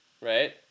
Right